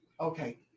Okay